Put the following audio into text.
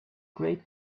great